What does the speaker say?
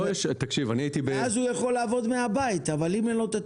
אז הוא יכול לעבוד מהבית אבל אם אין לו את התשתית,